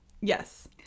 Yes